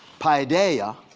paideia,